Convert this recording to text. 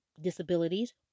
disabilities